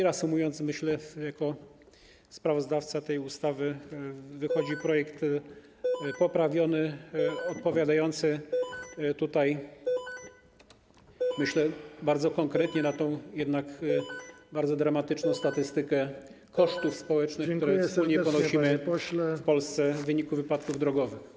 Reasumując, myślę, jako sprawozdawca tej ustawy, że wychodzi projekt poprawiony, odpowiadający bardzo konkretnie na tę jednak bardzo dramatyczną statystykę kosztów społecznych, które wspólnie ponosimy w Polsce w wyniku wypadków drogowych.